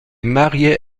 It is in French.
mariée